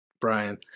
Brian